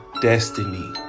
destiny